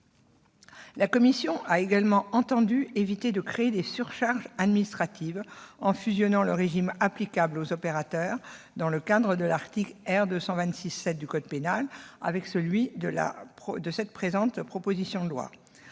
économiques a également entendu éviter de créer des surcharges administratives en fusionnant le régime applicable aux opérateurs dans le cadre de l'article R. 226-7 du code pénal avec celui de la présente proposition de loi.